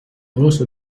also